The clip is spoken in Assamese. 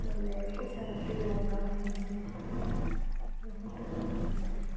মানে পইচা পাতিৰ অভাৱ হৈ গৈছে বহুত অভাৱ হৈ গৈছে